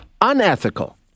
Unethical